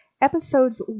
Episodes